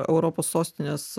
europos sostinės